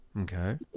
Okay